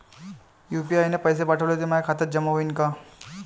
UPI न पैसे पाठवले, ते माया खात्यात जमा होईन का?